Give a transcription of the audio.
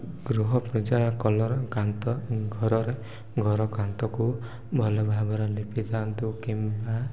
ଗୃହପୂଜା କଲର୍ କାନ୍ଥ ଘରରେ ଘର କାନ୍ଥକୁ ଭଲ ଭାବରେ ଲିପିଥାନ୍ତୁ କିମ୍ବା